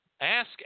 Ask